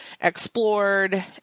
explored